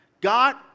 God